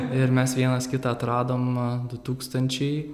ir mes vienas kitą atradom du tūkstančiai